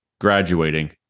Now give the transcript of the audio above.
graduating